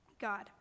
God